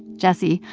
jessie,